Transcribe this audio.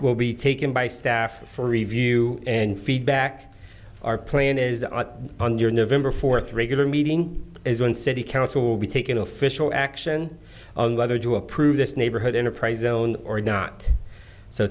will be taken by staff for review and feedback our plan is on your november fourth regular meeting as one city council will be taking official action on whether to approve this neighborhood enterprise zone or not so